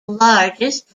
largest